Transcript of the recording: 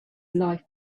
life